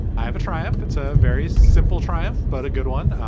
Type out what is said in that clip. i have a triumph it's a very simple triumph, but a good one,